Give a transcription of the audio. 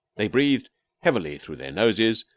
they breathed heavily through their noses,